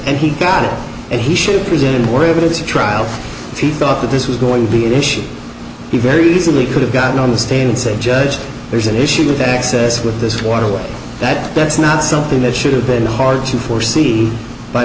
and he got it and he should present and were able to trial if he thought that this was going to be an issue he very easily could have gotten on the stand and say judge there's an issue with access with this waterway that that's not something that should have been hard to foresee by